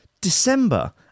December